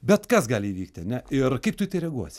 bet kas gali įvykti ane ir kaip tu į tai reaguosi